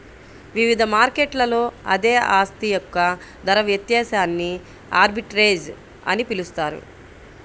వివిధ మార్కెట్లలో అదే ఆస్తి యొక్క ధర వ్యత్యాసాన్ని ఆర్బిట్రేజ్ అని పిలుస్తారు